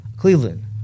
Cleveland